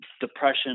depression